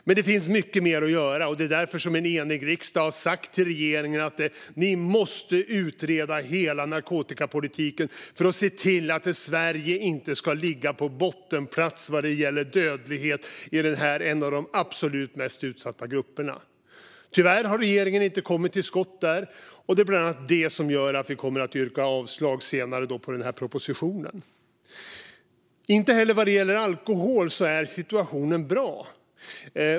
Men det finns mycket mer att göra, och det är därför en enig riksdag har sagt till regeringen: Ni måste utreda hela narkotikapolitiken för att se till att Sverige inte ska ligga i topp vad gäller dödlighet i denna en av de absolut mest utsatta grupperna. Tyvärr har regeringen inte kommit till skott där. Det är bland annat det som gör att vi senare kommer att rösta för avslag på propositionen. Inte heller vad gäller alkohol är situationen bra.